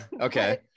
okay